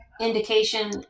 indication